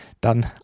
dann